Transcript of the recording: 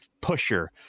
pusher